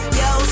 yo